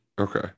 Okay